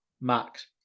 Max